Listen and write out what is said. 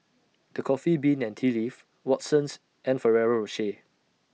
The Coffee Bean and Tea Leaf Watsons and Ferrero Rocher